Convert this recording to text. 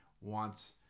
wants